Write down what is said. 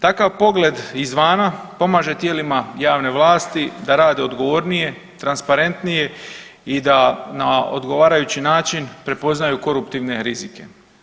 Takav pogled izvana pomaže tijelima javne vlasti da rade odgovornije, transparentnije i da na odgovarajući način prepoznaju koruptivne rizike.